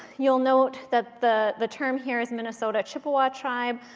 you'll note that the the term here is minnesota chippewa tribe.